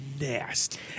nasty